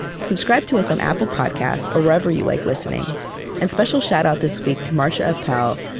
subscribe to us on apple podcasts or wherever you like listening and special shout-out this week to marcia appel,